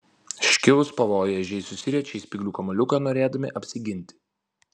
iškilus pavojui ežiai susiriečia į spyglių kamuoliuką norėdami apsiginti